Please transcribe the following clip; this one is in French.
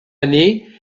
année